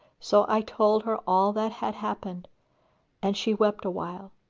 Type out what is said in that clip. so i told her all that had happened and she wept awhile,